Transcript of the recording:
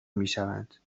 میشوند